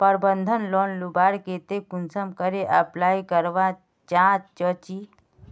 प्रबंधन लोन लुबार केते कुंसम करे अप्लाई करवा चाँ चची?